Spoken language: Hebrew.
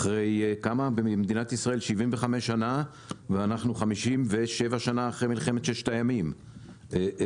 אחרי 75 שנה ואנחנו 56 שנה אחרי מלחמת ששת הימים --- לא,